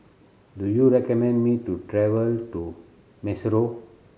do you recommend me to travel to Maseru